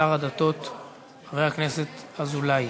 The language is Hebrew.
השר לשירותי דת חבר הכנסת אזולאי.